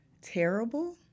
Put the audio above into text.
terrible